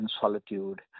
solitude